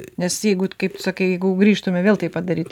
nes jeigu kaip tu sakai jeigu grįžtume vėl taip pat darytume